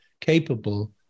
capable